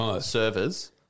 servers